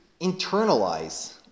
internalize